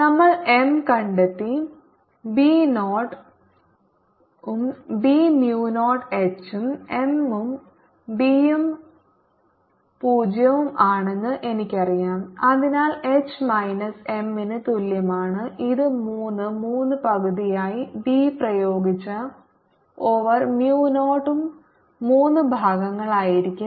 നമ്മൾ M കണ്ടെത്തി B 0 ഉം B mu 0 H ഉം M ഉം B ഉം 0 ഉം ആണെന്ന് എനിക്കറിയാം അതിനാൽ H മൈനസ് M ന് തുല്യമാണ് ഇത് 3 3 പകുതിയായി B പ്രയോഗിച്ച ഓവർ mu 0 ഉം 3 ഭാഗങ്ങളായിരിക്കും